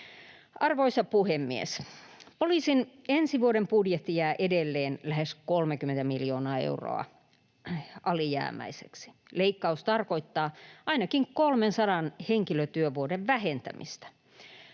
Arvoisa puhemies! Poliisin ensi vuoden budjetti jää edelleen lähes 30 miljoonaa euroa alijäämäiseksi. Leikkaus tarkoittaa ainakin 300 henkilötyövuoden vähentämistä.